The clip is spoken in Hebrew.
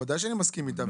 בוודאי שאני מסכים איתה.